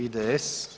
IDS.